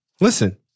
Listen